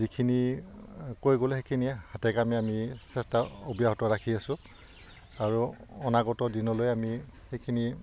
যিখিনি কৈ গ'লে সেইখিনিয়ে হাতে কামে আমি চেষ্টা অব্যাহত ৰাখি আছোঁ আৰু অনাগত দিনলৈ আমি সেইখিনি